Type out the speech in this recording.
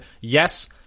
Yes